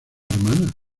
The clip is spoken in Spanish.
hermana